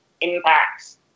impacts